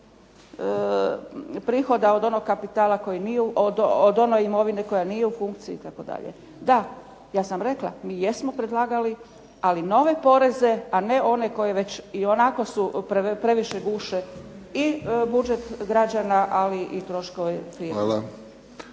prihoda od onog kapitala koji nije, od one imovine koja nije u funkciji itd. Da, ja sam rekla mi jesmo predlagali, ali nove poreze a ne koji već ionako su previše guše i budžet građana, ali i troškovi …/Ne